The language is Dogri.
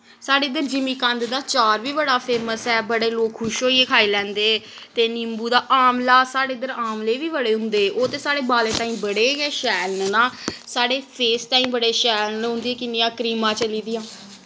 साढ़े इद्धर जिमीकंद दा चार बी बड़ा फेमस ऐ बड़े लोक खुश होइयै खाई लैंदे ते निम्बू दा आमला साढ़े इद्धर आमले बी बड़े होंदे ओह् ते साढ़े बालें ताहीं बड़े गै शैल न ना साढ़े फेस ताहीं बड़े शैल न उं'दी किन्नियां क्रीमां चली दियां